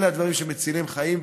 אלו הדברים שמצילים חיים.